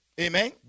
Amen